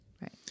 Right